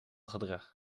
gedrag